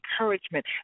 encouragement